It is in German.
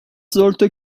sollte